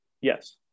Yes